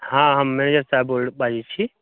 हँ हम मैनेजर साहब बाजैत छी